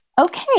Okay